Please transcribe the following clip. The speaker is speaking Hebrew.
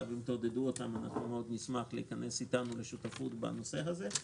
אם תעודדו אותם אנחנו נשמח מאוד שייכנסו אתנו לשותפות בנושא הזה.